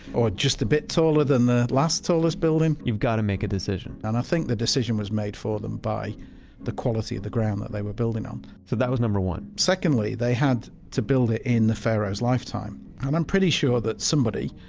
or just a bit taller than the last tallest building? you've got to make a decision and i think the decision was made for them, by the quality of the ground that they were building on um so, that was number one secondly, they had to build it in the pharoh's lifetime. and i'm pretty sure that somebody,